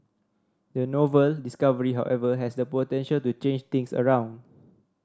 the novel discovery however has the potential to change things around